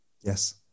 Yes